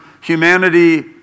humanity